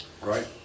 Right